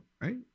Right